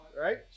right